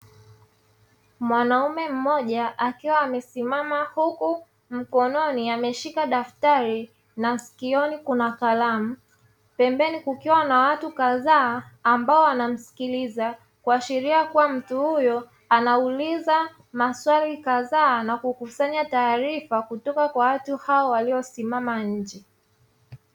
Mwanaume mmoja akiwa amesimama huku mkononi ameshika daftari na sikioni kuna kalamu, pembeni kukiwa kuna watu kadhaa ambao wanamsikiliza, kuashiria kua mtu huyo anauliza maswali kadhaa na kukusanya taarifa kutoka kwa watu hao walio simama nje